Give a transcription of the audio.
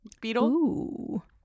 beetle